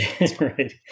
Right